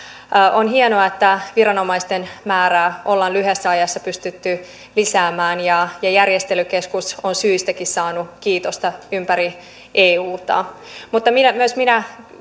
on hienoa että viranomaisten määrää ollaan lyhyessä ajassa pystytty lisäämään ja ja järjestelykeskus on syystäkin saanut kiitosta ympäri euta mutta myös minä